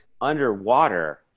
underwater